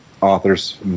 authors